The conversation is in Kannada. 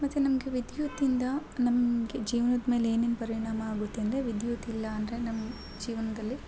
ಮತ್ತು ನಮಗೆ ವಿದ್ಯುತ್ತಿಂದ ನಮಗೆ ಜೀವ್ನದ ಮೇಲೆ ಏನೇನು ಪರಿಣಾಮ ಆಗುತ್ತೆ ಅಂದರೆ ವಿದ್ಯುತ್ ಇಲ್ಲ ಅಂದರೆ ನಮ್ಮ ಜೀವನದಲ್ಲಿ